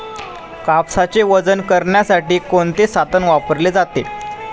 कापसाचे वजन करण्यासाठी कोणते साधन वापरले जाते?